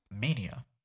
Mania